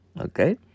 Okay